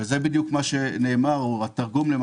זה בדיוק התרגום למה